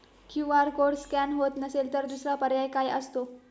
QR code scan होत नसेल तर दुसरा पर्याय काय असतो?